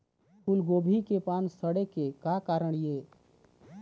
फूलगोभी के पान सड़े के का कारण ये?